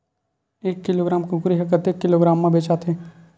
एक किलोग्राम कुकरी ह कतेक किलोग्राम म बेचाथे?